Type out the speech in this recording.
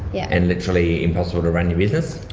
yeah and literally impossible to run your business?